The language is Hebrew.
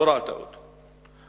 לא ראתה אותו.